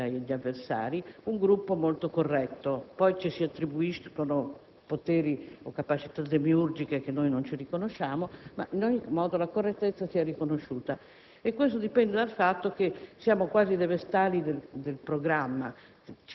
dagli avversari, un Gruppo molto corretto anche se ci vengono attribuiti poteri o capacità demiurgiche che non ci riconosciamo. Ad ogni modo, la correttezza ci è riconosciuta. Ciò dipende dal fatto che siamo quasi le vestali del programma;